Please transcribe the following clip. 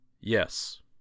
yes